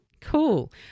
Cool